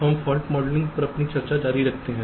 हम fault modelling पर अपनी चर्चा जारी रखते हैं